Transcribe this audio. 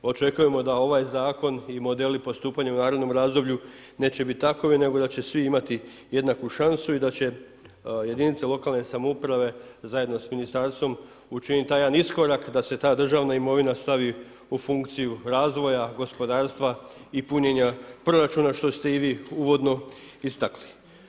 Očekujemo da ovaj zakon i modeli postupanja u narednom razdoblju neće bit takovi, nego da će svi imati jednaku šansu i da će jedinice lokalne samouprave, zajedno s ministarstvom, učinit taj jedan iskorak da se ta državna imovina stavi u funkciju razvoja gospodarstva i punjenja proračuna što ste i vi uvodno istakli.